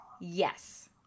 Yes